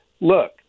look